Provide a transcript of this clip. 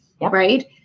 right